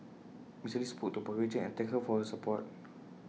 Mister lee spoke to A property agent and thank her for her support